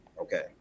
Okay